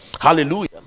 Hallelujah